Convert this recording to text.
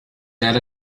that